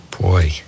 Boy